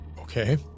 Okay